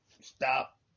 stop